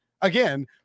Again